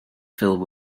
filled